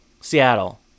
Seattle